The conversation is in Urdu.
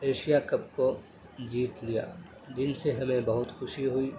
ایشیاء کپ کو جیت لیا دل سے ہمیں بہت خوشی ہوئی